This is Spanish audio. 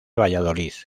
valladolid